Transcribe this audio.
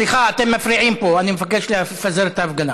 סליחה, אתם מפריעים פה, אני מבקש לפזר את ההפגנה.